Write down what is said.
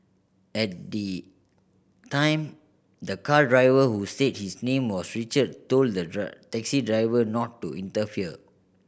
at the time the car driver who said his name was Richard told the taxi driver not to interfere